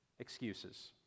excuses